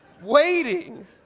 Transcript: waiting